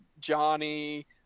Johnny